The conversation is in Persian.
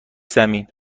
زمین